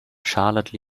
charlotte